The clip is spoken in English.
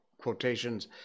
quotations